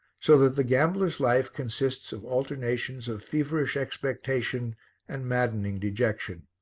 so that the gambler's life consists of alternations of feverish expectation and maddening dejection.